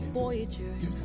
voyagers